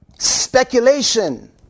speculation